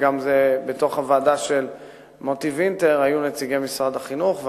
וגם בוועדה של מוטי וינטר היו נציגי משרד החינוך,